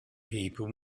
people